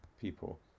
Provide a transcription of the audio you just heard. people